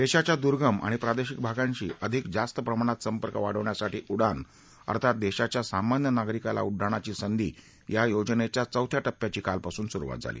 देशाच्या दुर्गम आणि प्रादेशिक भागांशी अधिक जास्त प्रमाणात संपर्क वाढवण्यासाठी उडान अर्थात देशाच्या सामान्य नागरिकाला उड्डाणाची संधी या योजनेच्या चौथ्या टप्प्याची कालपासून सुरुवात झाली